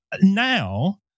now